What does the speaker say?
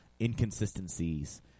inconsistencies